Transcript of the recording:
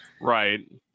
right